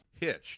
Hitched